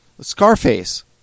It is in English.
Scarface